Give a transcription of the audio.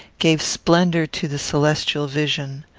gave splendour to the celestial vision.